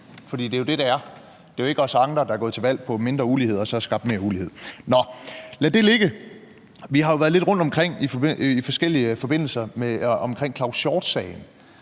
for det er jo det, det er. Det er jo ikke os andre, der er gået til valg på mindre ulighed, og som så har skabt mere ulighed. Nå, lad det ligge. Vi har jo været lidt rundt om sagen omkring Claus Hjort